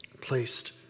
placed